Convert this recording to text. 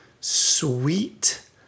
sweet